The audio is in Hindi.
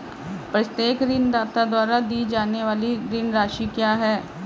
प्रत्येक ऋणदाता द्वारा दी जाने वाली ऋण राशि क्या है?